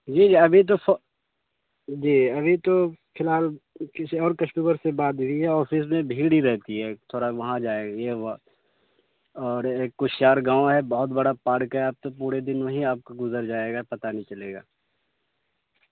جی جی ابھی تو سو جی ابھی تو فی الحال کسی اور کسٹمر سے بات ہوٮٔی ہے آفس میں بھیڑ ہی رہتی ہے تھوڑا وہاں جائے گی وہ اور ایک کچھ شیار گاؤں ہے بہت بڑا پارک ہے آپ تو پورے دن میں ہی آپ کو گزر جائے گا پتاہ نہیں چلے گا